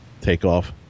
takeoff